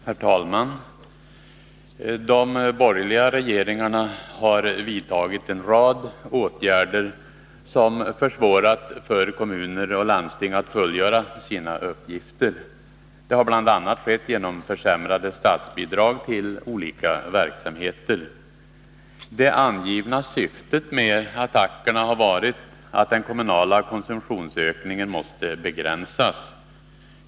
Herr talman! De borgerliga regeringarna har vidtagit en rad åtgärder som försvårat för kommuner och landsting att fullgöra sina uppgifter. Det har skett bl.a. genom försämrade statsbidrag till olika verksamheter. Det angivna syftet med attackerna har varit att den kommunala konsumtionsökningen skall begränsas.